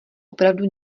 opravdu